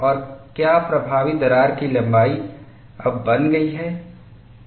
और क्या प्रभावी दरार की लंबाई अब बन गई है